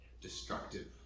destructive